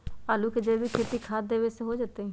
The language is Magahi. आलु के खेती जैविक खाध देवे से होतई?